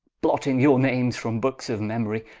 blotting your names from bookes of memory,